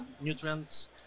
nutrients